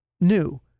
new